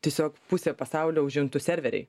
tiesiog pusę pasaulio užimtų serveriai